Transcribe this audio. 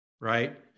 right